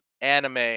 anime